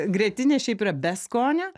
grietinė šiaip yra be skonio